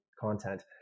content